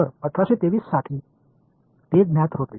तर 1823 साठी तेच ज्ञात होते